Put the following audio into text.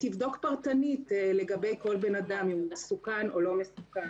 ותבדוק פרטנית לגבי כל בן אדם אם הוא מסוכן או לא מסוכן.